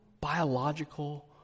biological